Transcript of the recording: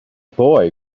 boy